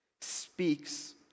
speaks